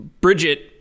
Bridget